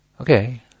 Okay